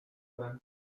ben